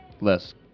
less